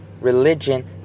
Religion